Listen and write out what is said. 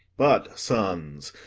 but, sons,